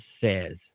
says